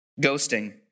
ghosting